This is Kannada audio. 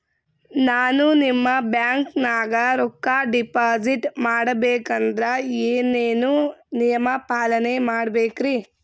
ನಾನು ನಿಮ್ಮ ಬ್ಯಾಂಕನಾಗ ರೊಕ್ಕಾ ಡಿಪಾಜಿಟ್ ಮಾಡ ಬೇಕಂದ್ರ ಏನೇನು ನಿಯಮ ಪಾಲನೇ ಮಾಡ್ಬೇಕ್ರಿ?